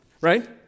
Right